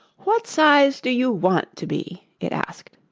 what size do you want to be it asked.